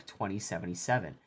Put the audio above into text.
2077